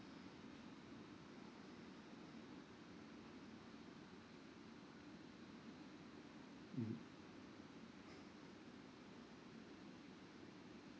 mmhmm